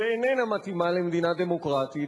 שאיננה מתאימה למדינה דמוקרטית,